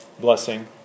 blessing